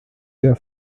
der